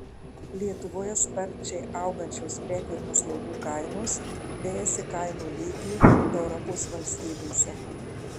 lietuvoje sparčiai augančios prekių ir paslaugų kainos vejasi kainų lygį europos valstybėse